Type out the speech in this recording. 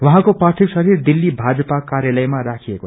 उछौंको पार्थिय शरीर दिल्ली भाजपा कार्यालयामा राखिकऐ